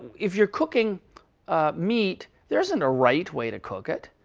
if you're cooking meat, there isn't a right way to cook it.